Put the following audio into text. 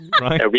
Right